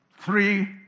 three